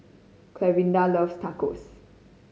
Clarinda loves Tacos